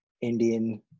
Indian